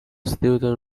student